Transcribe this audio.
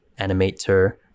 animator